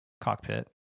cockpit